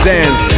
Dance